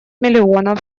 миллионов